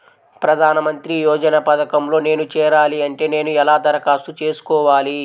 ప్రధాన మంత్రి యోజన పథకంలో నేను చేరాలి అంటే నేను ఎలా దరఖాస్తు చేసుకోవాలి?